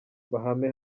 bahame